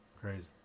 crazy